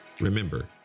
Remember